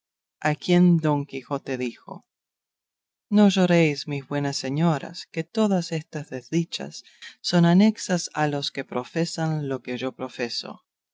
a quien don quijote dijo no lloréis mis buenas señoras que todas estas desdichas son anexas a los que profesan lo que yo profeso